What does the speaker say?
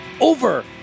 Over